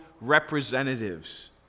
representatives